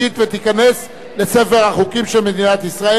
ותיכנס לספר החוקים של מדינת ישראל.